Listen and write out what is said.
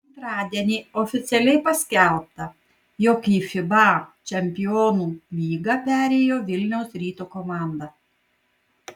antradienį oficialiai paskelbta jog į fiba čempionų lygą perėjo vilniaus ryto komanda